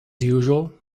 usual